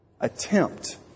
attempt